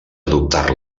adoptar